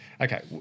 Okay